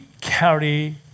carry